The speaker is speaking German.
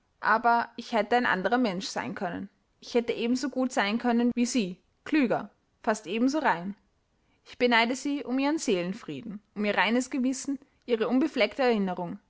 aber ich hätte ein anderer mensch sein können ich hätte ebenso gut sein können wie sie klüger fast ebenso rein ich beneide sie um ihren seelenfrieden um ihr reines gewissen ihre unbefleckte erinnerung